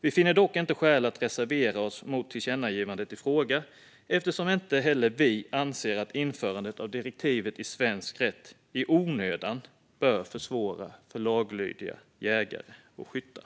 Vi finner dock inte skäl att reservera oss mot tillkännagivandet i fråga, eftersom inte heller vi anser att införandet av direktivet i svensk rätt i onödan bör försvåra för laglydiga jägare och skyttar.